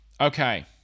okay